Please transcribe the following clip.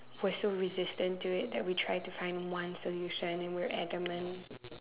we're so resistant to it that we try to find one solution and we're adamant